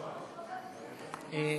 שי,